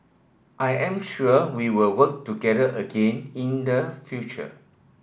I am sure we will work together again in the future